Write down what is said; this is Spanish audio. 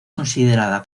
considerada